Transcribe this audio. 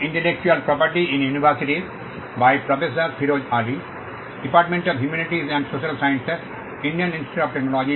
intellectual property key